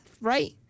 right